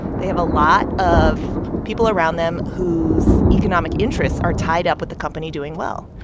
they have a lot of people around them whose economic interests are tied up with the company doing well.